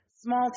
small